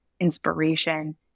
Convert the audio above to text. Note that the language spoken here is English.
inspiration